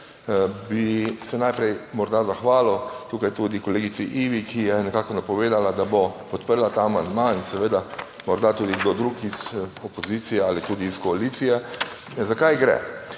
Bi se najprej morda zahvalil tukaj tudi kolegici Ivi, ki je nekako napovedala, da bo podprla ta amandma in seveda morda tudi kdo drug iz opozicije ali tudi iz koalicije. Za kaj gre?